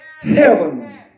heaven